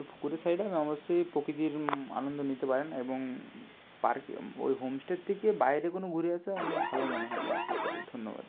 তো পুকুরের সাইডে আপনি অবশ্যই প্রকৃতির র আনন্দ নিতে পারেন এবং পার্কে ওই হোম স্টের থেকে বাইরে কোনো ঘুরে আসা অনেক ভালো মনে হয় আমার ক্ষেত্রে ধন্যবাদ